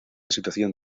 situación